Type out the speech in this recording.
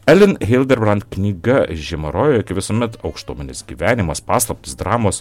elin hilderbrant knyga žiema rojuje kai visuomet aukštuomenės gyvenimas paslaptys dramos